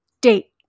date